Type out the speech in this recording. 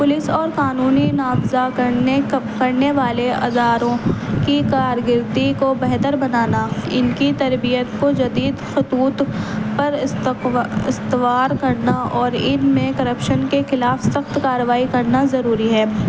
police اور قانونی نافذ کرنے کرنے والے ازاروں کی کارکردگی کو بہتر بنانا ان کی تربیت کو جدید خطوط پر استوار کرنا اور ان میں کرپشن کے خلاف سخت کارروائی کرنا ضروری ہے